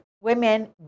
women